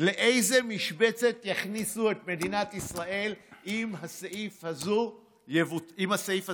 לאיזו משבצת יכניסו את מדינת ישראל אם הסעיף הזה יבוטל.